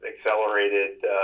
accelerated